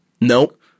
Nope